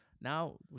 now